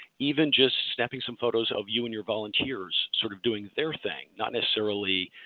even just snapping some photos of you and your volunteers sort of doing their thing, not necessarily